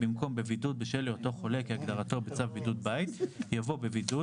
במקום "בבידוד בשל היותו חולה כהגדרתו בצו בידוד בית" יבוא "בבידוד,